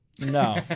No